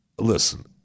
Listen